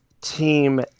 Team